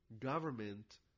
government